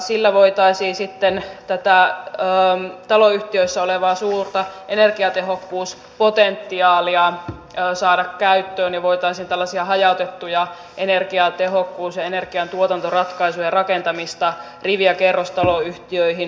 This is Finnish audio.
sillä voitaisiin sitten tätä taloyhtiöissä olevaa suurta energiatehokkuuspotentiaalia saada käyttöön ja voitaisiin tällaisten hajautettujen energiatehokkuus ja energiantuotantoratkaisujen rakentamista rivi ja kerrostaloyhtiöihin tukea